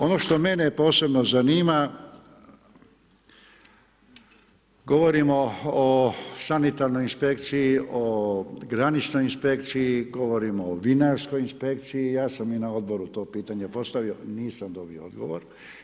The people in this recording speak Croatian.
Ono što mene posebno zanima, govorimo o sanitarnoj inspekciji, o graničnoj inspekciji, govorimo o vinarskoj inspekciji i ja sam i na odboru to pitanje postavio, nisam dobio odgovor.